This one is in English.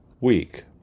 Week